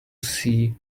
see